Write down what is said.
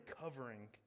covering